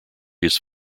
his